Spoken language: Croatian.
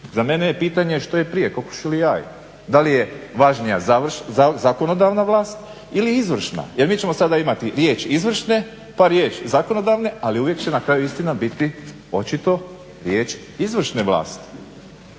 za mene je pitanje što je prije kokoš ili jaje? Da li je važnija zakonodavna vlast ili izvršna? Jer mi ćemo sada imati riječ izvršne, pa riječ zakonodavne, ali uvijek će na kraju istina biti očito riječ izvršne vlasti.